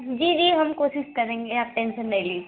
जी जी हम कोशिश करेंगे आप टेंसन नहीं लीजिए